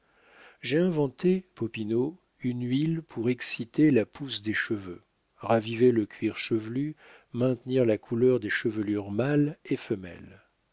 j'ai inventé popinot une huile pour exciter la pousse des cheveux raviver le cuir chevelu maintenir la couleur des chevelures mâles et femelles